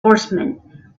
horsemen